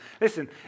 listen